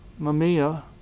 Mamiya